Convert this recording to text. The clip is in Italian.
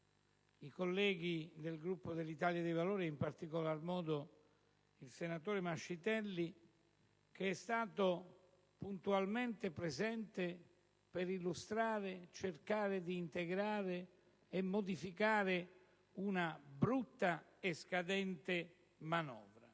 i colleghi del Gruppo dell'Italia dei Valori, in particolar modo il senatore Mascitelli, che è stato puntualmente presente per illustrare e cercare di integrare e modificare una manovra brutta e scadente.